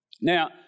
Now